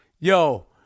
yo